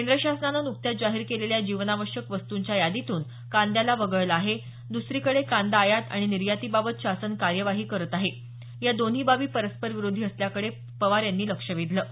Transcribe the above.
केंद्र शासनानं न्कत्याच जाहीर केलेल्या जीवनावश्यक वस्तूंच्या यादीतून कांद्याला वगळलं आहे दुसरीकडे कांदा आयात आणि निर्यातीबाबत शासन कार्यवाही करत आहे या दोन्ही बाबी परस्परविरोधी असल्याकडे पवार यांनी लक्ष वेधलं